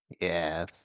Yes